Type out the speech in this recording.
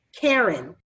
Karen